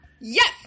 Yes